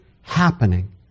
happening